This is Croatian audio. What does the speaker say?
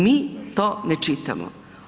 Mi to ne čitamo.